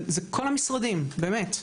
זה כל המשרדים באמת,